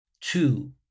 Two